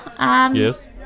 Yes